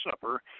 Supper